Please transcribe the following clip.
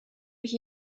mich